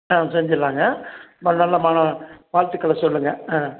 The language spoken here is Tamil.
ஆ செஞ்சிடலாங்க ம நல்ல மாணவன் வாழ்த்துக்களை சொல்லுங்கள் ஆ